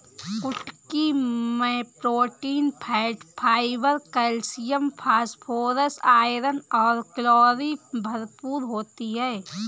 कुटकी मैं protein, fat, fibre, calcium, phosphorus, iron और कैलोरी भरपूर होती है